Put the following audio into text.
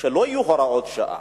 שלא יהיו הוראות שעה.